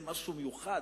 זה משהו מיוחד,